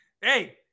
Hey